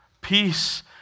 Peace